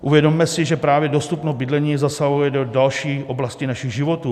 Uvědomme si, že právě dostupnost bydlení zasahuje do další oblasti našich životů.